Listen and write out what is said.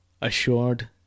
assured